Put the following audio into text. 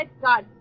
God